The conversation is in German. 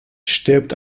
stirbt